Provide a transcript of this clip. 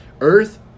Earth